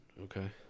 okay